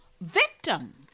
victim